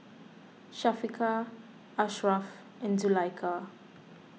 Syafiqah Ashraf and Zulaikha